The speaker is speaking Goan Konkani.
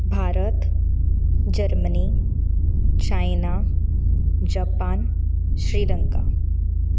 Bharat Germany China Japan Sri Lanka